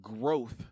growth